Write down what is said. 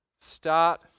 start